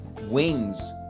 wings